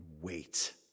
wait